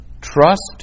Trust